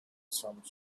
some